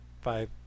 five